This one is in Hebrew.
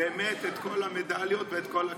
כל המדליות וכל הכבוד.